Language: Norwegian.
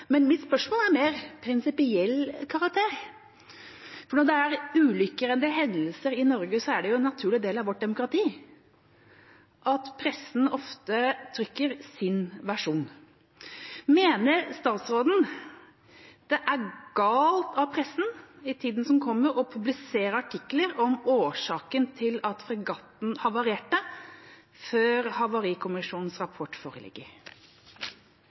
men mitt spørsmål er av mer prinsipiell karakter, for når det er ulykker eller hendelser i Norge, er det en naturlig del av vårt demokrati at pressen ofte trykker sin versjon. Mener statsråden det er galt av pressen, i tida som kommer, å publisere artikler om årsaken til at fregatten havarerte, før Havarikommisjonens rapport foreligger?